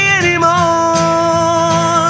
anymore